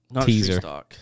Teaser